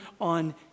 on